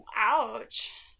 ouch